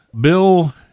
Bill